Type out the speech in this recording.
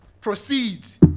proceeds